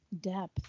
Depth